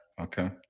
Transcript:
Okay